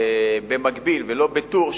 במקביל ולא בטור,